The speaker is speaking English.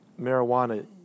marijuana